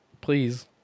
Please